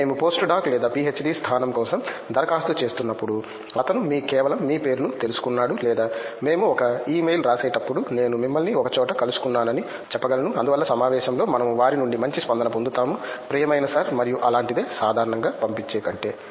మేము post doc లేదా PhD స్థానం కోసం దరఖాస్తు చేస్తున్నప్పుడు అతను మీ కేవలం మీ పేరును తెలుసుకున్నాడు లేదా మేము ఒక ఇమెయిల్ రాసేటప్పుడు నేను మిమ్మల్ని ఒక చోట కలుసుకున్నానని చెప్పగలను అందువల్ల సమావేశంలో మనము వారి నుండి మంచి స్పందన పొందుతాము ప్రియమైన సర్ మరియు అలాంటిదే సాధారణంగా పంపించే కంటే